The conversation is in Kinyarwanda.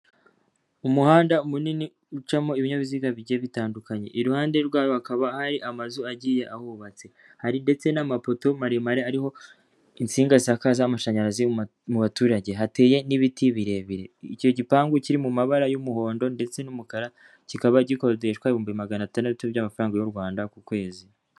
Umuhanda munini ucamo ibinyabiziga bijye bitandukanye, iruhande rwayo hakaba hari amazu agiye ahubatse hari ndetse n'amapoto maremare ariho insinga zisakaza amashanyarazi mu baturage hateye n'ibiti birebire, icyo gipangu kiri mu mabara y'umuhondo ndetse n'umukara kikaba gikodeshwa ibihumbi magana atandatu by'amafaranga y'u Rwanda ku kwezi.